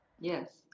Yes